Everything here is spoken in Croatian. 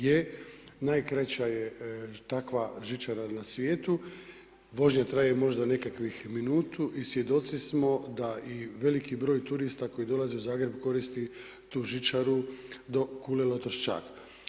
Je, najkraća je takva žičara na svijetu, vožnja traje možda nekakvih minutu i svjedoci smo da i veliki br. turista koji dolaze u Zagreb koristi tu žičaru do Kule Roterščak.